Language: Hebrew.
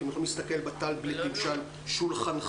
אתם יכולים להסתכל בטאבלטים שעל שולחנכם.